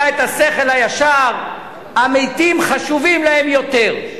את השכל הישר"; "המתים חשובים להם יותר".